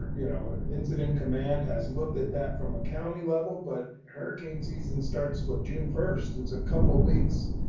you know incident command has looked at that from a county level, but hurricane season starts with june first. it's a couple of weeks.